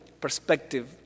perspective